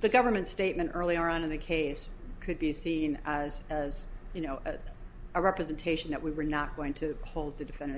the government statement early on in the case could be seen as as you know a representation that we were not going to hold to defend